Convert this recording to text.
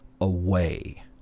away